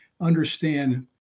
understand